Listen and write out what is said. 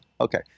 Okay